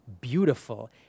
beautiful